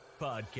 Podcast